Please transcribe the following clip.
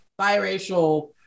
biracial